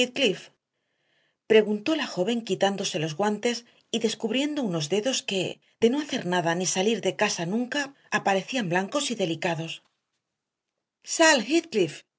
preguntó la joven quitándose los guantes y descubriendo unos dedos que de no hacer nada ni salir de casa nunca aparecían blancos y delicados sal